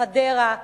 חדרה,